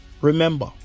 Remember